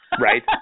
Right